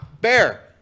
Bear